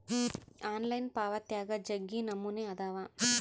online ಪಾವಾತ್ಯಾಗ ಜಗ್ಗಿ ನಮೂನೆ ಅದಾವ